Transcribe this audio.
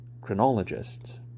chronologists